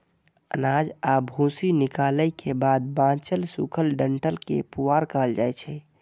अनाज आ भूसी निकालै के बाद बांचल सूखल डंठल कें पुआर कहल जाइ छै